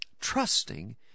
trusting